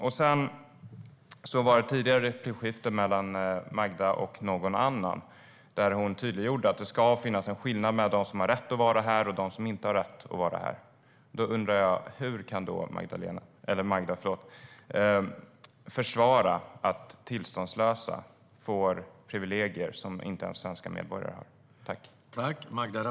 I ett tidigare replikskifte mellan Magda och någon annan tydliggjorde hon att det ska finnas en skillnad mellan dem som har rätt att vara här och dem som inte har rätt att vara här. Då undrar jag hur Magda kan försvara att tillståndslösa får privilegier som inte ens svenska medborgare har.